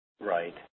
Right